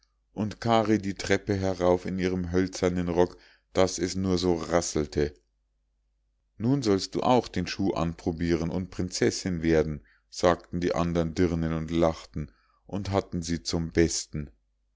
und kari die treppe herauf in ihrem hölzernen rock daß es nur so rasselte nun sollst du auch den schuh anprobiren und prinzessinn werden sagten die andern dirnen und lachten und hatten sie zum besten